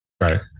right